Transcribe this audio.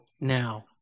Now